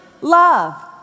love